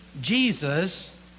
Jesus